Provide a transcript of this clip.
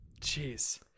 Jeez